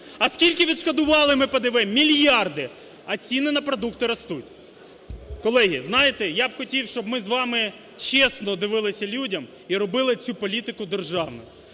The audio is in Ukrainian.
А скільки відшкодували ми ПДВ? Мільярди. А ціни на продукти ростуть. Колеги, знаєте, я б хотів, щоб з вами чесно дивилися людям і робили цю політику державною.